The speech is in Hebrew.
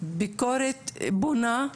ביקורת בונה,